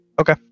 Okay